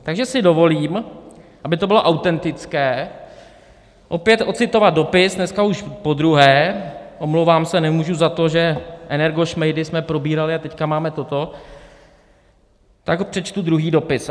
Takže si dovolím, aby to bylo autentické, opět ocitovat dopis dneska už podruhé, omlouvám se, nemůžu za to, že energošmejdy jsme probírali a teď máme toto tak teď přečtu druhý dopis.